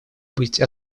быть